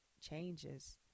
changes